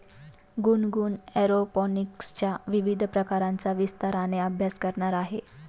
गुनगुन एरोपोनिक्सच्या विविध प्रकारांचा विस्ताराने अभ्यास करणार आहे